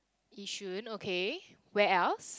Yishun okay where else